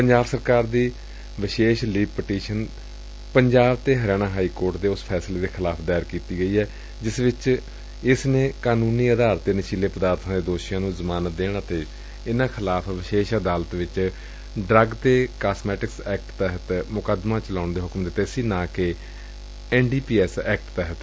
ਪੰਜਾਬ ਸਰਕਾਰ ਦੀ ਵਿਸ਼ੇਸ਼ ਲੀਵ ਪਟੀਸ਼ਨ ਪੰਜਾਬ ਤੇ ਹਰਿਆਣਾ ਹਾਈ ਕੋਰਟ ਦੇ ਉਸ ਫੈਸਲੇ ਖਿਲਾਫ਼ ਦਾਇਰ ਕੀਤੀ ਗਈ ਏ ਜਿਸ ਵਿਚ ਏਸ ਨੇ ਕਾਨੂੰਨੀ ਅਧਾਰ ਤੇ ਨਸ਼ੀਲੇ ਪਦਾਰਬਾਂ ਦੇ ਦੋਸ਼ੀਆਂ ਨੂੰ ਜ਼ਮਾਨਤ ਦੇਣ ਅਤੇ ਇਨਾਂ ਖਿਲਾਫ਼ ਵਿਸ਼ੇਸ਼ ਅਦਾਲਤ ਵਿਚ ਡਰੱਗ ਅਤੇ ਕਾਸਮੈਟਿਕ ਐਕਟ ਤਹਿਤ ਮੁਕਦਮਾ ਚਲਾਉਣ ਦੇ ਹੁਕਮ ਦਿਂਤੇ ਸਨ ਨਾ ਕਿ N D P S act ਤਹਿਤ